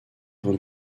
von